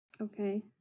Okay